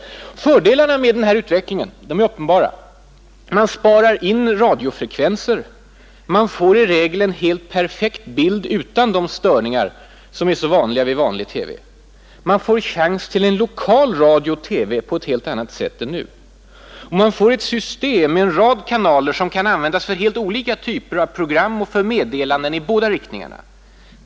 Fördelarna med denna utveckling är uppenbara. Man sparar in radiofrekvenser, man får i regel en helt perfekt bild utan de störningar som är så vanliga med vanlig TV. Man får chans till en lokal radio och TV på ett helt annat sätt än nu och man får ett system med en rad kanaler som kan användas för helt olika typer av program och för meddelanden i båda riktningarna.